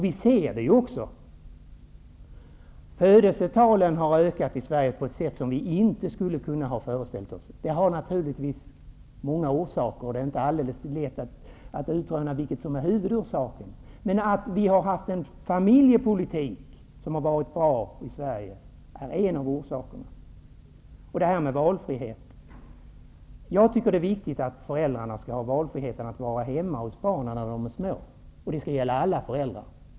Vi ser det också i att födelsetalen har ökat i Sverige på ett sätt som vi inte hade kunnat föreställa oss. Att så har skett har naturligtvis många orsaker, och det är inte alldeles lätt att utröna vilket som är huvudorsaken, men att vi har haft en familjepolitik som har varit bra är en av orsakerna. Och så det här med valfrihet. Jag tycker att det är viktigt att föräldrarna skall ha valfrihet att vara hemma hos barnen när de är små, och det skall gälla alla föräldrar.